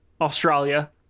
australia